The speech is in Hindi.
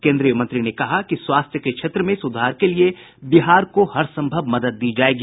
कोन्द्रीय मंत्री ने कहा कि स्वास्थ्य के क्षेत्र में सुधार के लिये बिहार को हरसंभव मदद दी जायेगी